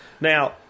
Now